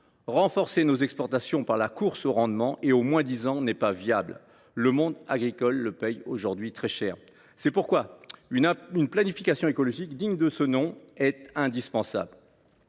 Renforcer nos exportations par la course aux rendements et au moins disant n’est pas viable. Le monde agricole le paie aujourd’hui très cher. C’est pourquoi une planification écologique digne de ce nom est indispensable.